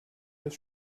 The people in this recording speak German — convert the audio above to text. das